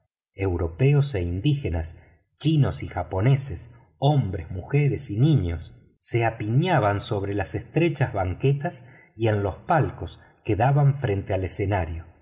europeos e indígenas chinos y japoneses hombres mujeres y niños se apiñaban sobre las estrechas banquetas y en los palcos que daban frente al escenario